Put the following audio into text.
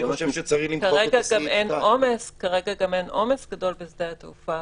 כרגע גם אין עומס גדול בשדה התעופה.